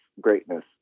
Greatness